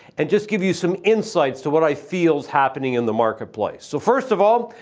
and just give you some insights, to what i feel is happening in the marketplace. so first of all,